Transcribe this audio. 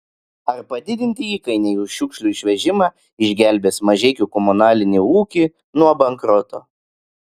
ar padidinti įkainiai už šiukšlių išvežimą išgelbės mažeikių komunalinį ūkį nuo bankroto